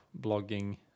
blogging